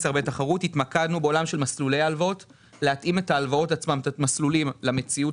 התמקדנו בלהתאים את ההלוואות עצמן ואת המסלולים למציאות